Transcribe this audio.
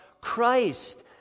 Christ